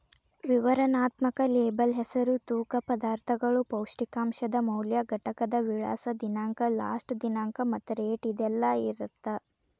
ವಿವರಣಾತ್ಮಕ ಲೇಬಲ್ ಹೆಸರು ತೂಕ ಪದಾರ್ಥಗಳು ಪೌಷ್ಟಿಕಾಂಶದ ಮೌಲ್ಯ ಘಟಕದ ವಿಳಾಸ ದಿನಾಂಕ ಲಾಸ್ಟ ದಿನಾಂಕ ಮತ್ತ ರೇಟ್ ಇದೆಲ್ಲಾ ಇರತ್ತ